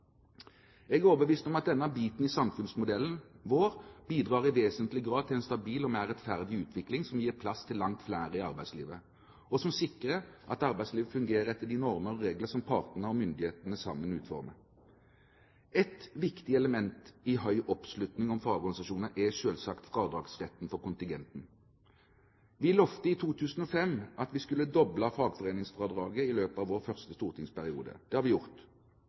Jeg er overbevist om at denne biten i samfunnsmodellen vår bidrar i vesentlig grad til en stabil og mer rettferdig utvikling som gir plass til langt flere i arbeidslivet, og som sikrer at arbeidslivet fungerer etter de normer og regler som partene og myndighetene sammen utformer. Et viktig element når det gjelder høy oppslutning om fagorganisasjonene, er selvsagt fradragsretten for kontingenten. Vi lovte i 2005 at vi skulle doble fagforeningsfradraget i løpet av vår første stortingsperiode. Det har vi gjort.